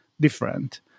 different